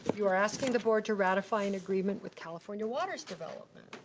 you're asking the board to ratify an agreement with california waters development.